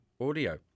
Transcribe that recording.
Audio